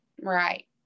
right